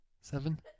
seven